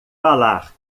falar